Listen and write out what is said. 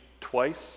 twice